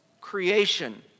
creation